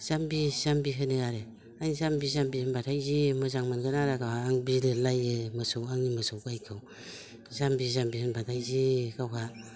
जाम्बि जाम्बि होनो आरो ओइ जाम्बि जाम्बि होनब्लाथाय जि मोजां मोनगोन आरो गावहा बिलिरलायो मोसौ आंनि मोसौ गायखौ जाम्बि जाम्बि होनब्लाथाय जि गावहा